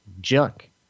junk